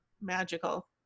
magical